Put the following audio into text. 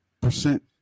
percent